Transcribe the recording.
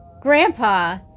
Grandpa